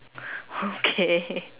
okay